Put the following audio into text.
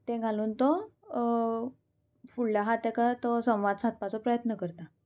तें घालून तो फुडल्या हा तेका तो संवाद सादपाचो प्रयत्न करता